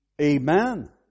Amen